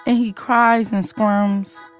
ah he cries and squirms,